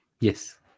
Yes